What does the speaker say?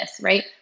right